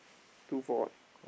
two four eh